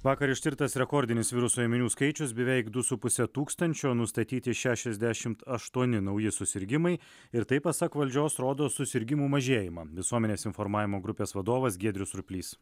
vakar ištirtas rekordinis viruso ėminių skaičius beveik du su puse tūkstančio nustatyti šešiasdešimt aštuoni nauji susirgimai ir tai pasak valdžios rodo susirgimų mažėjimą visuomenės informavimo grupės vadovas giedrius surplys